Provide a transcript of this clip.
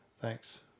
Thanks